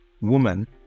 woman